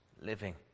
living